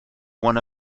one